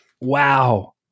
wow